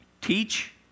Teach